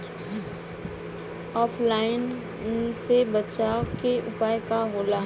ऑफलाइनसे बचाव के उपाय का होला?